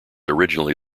originally